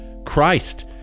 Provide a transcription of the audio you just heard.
Christ